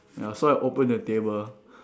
ya so I open the table